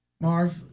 Marv